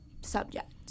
subject